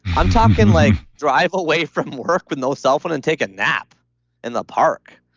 i'm talking like drive away from work with no cellphone and take a nap in the park.